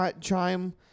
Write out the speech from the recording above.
Chime